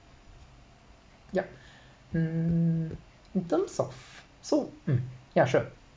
yup mm in terms of so um yeah sure